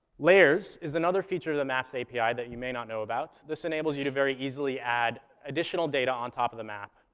layers is another feature of the maps api that you may not know about. this enables you to very easily add additional data on top of the map.